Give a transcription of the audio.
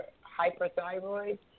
hyperthyroid